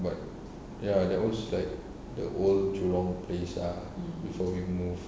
but ya that was like the old jurong place ah before we move